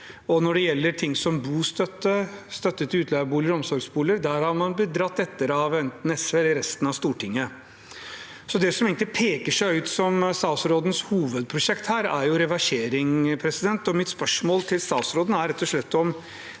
om. Når det gjelder ting som bostøtte, støtte til utleieboliger og omsorgsboliger, har man blitt dratt etter av enten SV eller resten av Stortinget. Så det som egentlig peker seg ut som statsrådens hovedprosjekt her, er jo reversering. Mitt spørsmål til statsråden er rett og slett om